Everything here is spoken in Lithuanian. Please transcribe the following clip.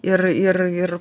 ir ir ir